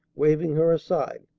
waving her aside.